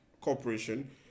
corporation